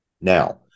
Now